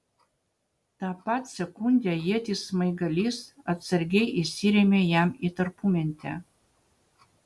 tą pat sekundę ieties smaigalys atsargiai įsirėmė jam į tarpumentę